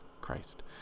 Christ